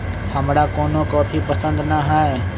हमरा कोनो कॉफी पसंदे न हए